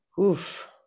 Oof